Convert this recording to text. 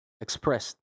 expressed